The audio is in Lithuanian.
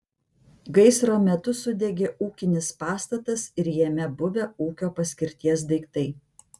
gaisro metu sudegė ūkinis pastatas ir jame buvę ūkio paskirties daiktai